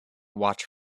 watch